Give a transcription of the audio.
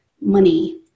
money